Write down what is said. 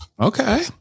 Okay